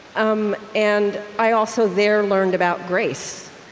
um and i also, there, learned about grace.